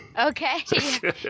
Okay